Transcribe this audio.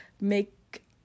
make